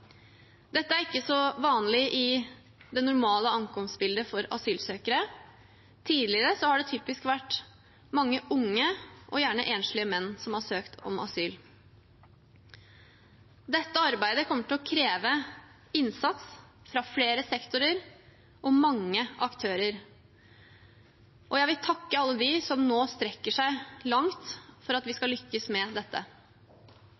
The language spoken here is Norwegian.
Dette er ikke så vanlig i det «normale» ankomstbildet for asylsøkere. Tidligere har det typisk vært mange unge og gjerne enslige menn som har søkt om asyl. Dette arbeidet kommer til å kreve innsats fra flere sektorer og mange aktører. Jeg vil takke alle dem som nå strekker seg langt for at vi